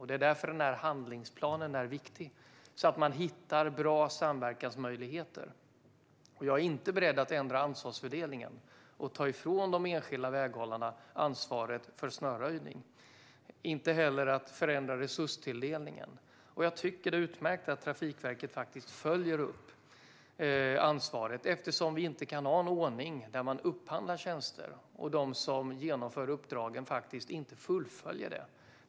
Det är därför handlingsplanen är viktig, så att man kan hitta bra samverkansmöjligheter. Jag är inte beredd att ändra ansvarsfördelningen och att ta ifrån de enskilda väghållarna ansvaret för snöröjning, inte heller att förändra resurstilldelningen. Jag tycker att det är utmärkt att Trafikverket följer upp ansvaret. Vi kan inte ha en ordning där man upphandlar tjänster och de som ska genomföra uppdragen inte fullföljer dem.